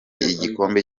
y’igikombe